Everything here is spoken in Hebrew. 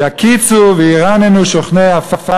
יקיצו וירננו שוכני עפר,